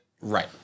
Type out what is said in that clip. Right